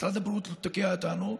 משרד הבריאות תוקע אותנו,